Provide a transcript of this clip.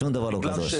שום דבר לא קדוש.